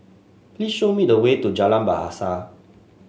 please show me the way to Jalan Bahasa